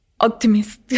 Optimist